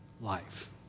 life